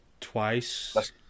twice